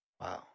Wow